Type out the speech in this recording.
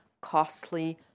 costly